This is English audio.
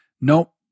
nope